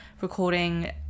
recording